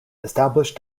established